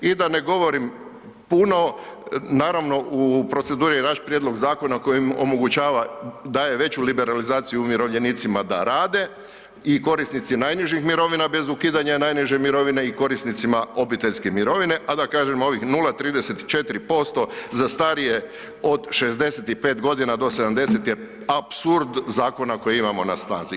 I da ne govorim puno, naravno u proceduri je vaš prijedlog zakona kojim omogućava, daje veću liberalizaciju umirovljenicima da rade i korisnici najnižih mirovina bez ukidanja najniže mirovine i korisnicima obiteljske mirovine, a da kažem ovih 0,34% za starije od 65.g. do 70 je apsurd zakona kojeg imamo na snazi.